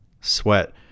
Sweat